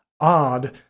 Odd